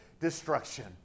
destruction